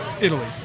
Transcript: Italy